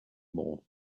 more